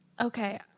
Okay